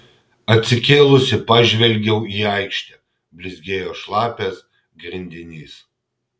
atsikėlusi pažvelgiau į aikštę blizgėjo šlapias grindinys